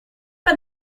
pas